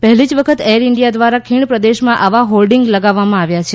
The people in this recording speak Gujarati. પહેલી જ વખત એર ઇન્ડીયા દ્વારા ખીણ પ્રદેશમાં આવા હોર્ડીંગ લગાવવામાં આવ્યાં છે